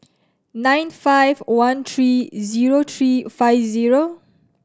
nine five one three zero three five zero